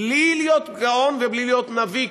בלי להיות גאון ובלי להיות נביא,